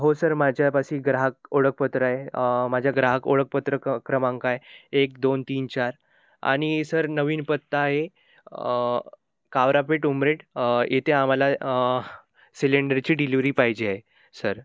हो सर माझ्यापाशी ग्राहक ओळखपत्र आहे माझ्या ग्राहक ओळखपत्र क क्रमांक आहे एक दोन तीन चार आणि सर नवीन पत्ता आहे कावरापेठ उमरेड येथे आम्हाला सिलेंडरची डिलिव्हरी पाहिजे आहे सर